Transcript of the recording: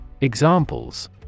Examples